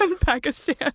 pakistan